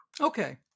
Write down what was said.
Okay